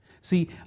See